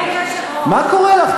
מה קורה לך?